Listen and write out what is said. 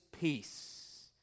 peace